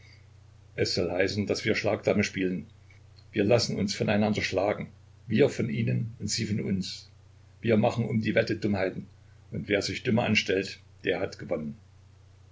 es soll heißen daß wir schlagdame spielen wir lassen uns voneinander schlagen wir von ihnen und sie von uns wir machen um die wette dummheiten und wer sich dümmer anstellt der hat